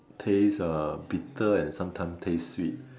taste uh bitter and sometimes taste sweet